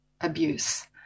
abuse